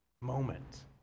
moment